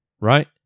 right